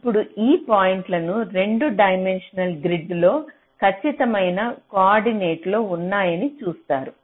ఇప్పుడు ఈ పాయింట్లు 2 డైమెన్షనల్ గ్రిడ్ లో ఖచ్చితమైన కోఆర్డినేట్లలో ఉన్నాయని చూస్తారు